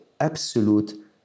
absolute